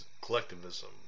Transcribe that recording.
collectivism